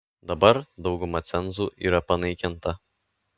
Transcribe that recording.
dabar dauguma cenzų yra panaikinta